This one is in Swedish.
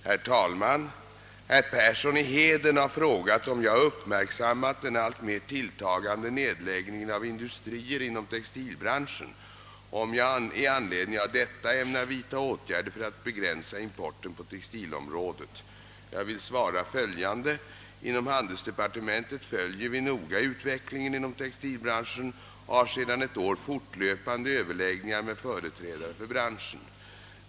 Herr talman! Herr Persson i Heden har frågat om jag uppmärksammat den alltmer tilltagande nedläggningen av industrier inom textilbranschen och om jag med anledning av detta ämnar vidta åtgärder för att begränsa importen på textilområdet. Jag vill svara följande. Inom handelsdepartementet följer vi noga utvecklingen inom textilbranschen och har sedan ett år fortlöpande överläggningar med företrädare för branschen.